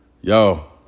Yo